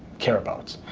care about. it